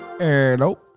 Hello